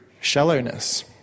shallowness